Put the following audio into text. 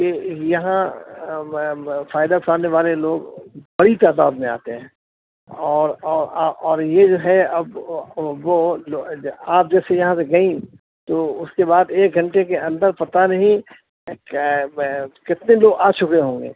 کہ یہاں فائدہ اٹھانے والے لوگ بڑی تعداد میں آتے ہیں اور اور یہ جو ہے اب وہ آپ جب سے یہاں سے گئیں تو اس کے بعد ایک گھنٹے کے اندر پتہ نہیں کتنے لوگ آ چکے ہوں گے